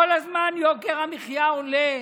כל הזמן יוקר המחיה עולה,